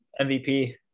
MVP